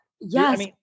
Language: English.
yes